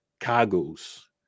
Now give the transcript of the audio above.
cargoes